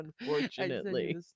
Unfortunately